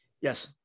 Yes